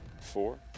four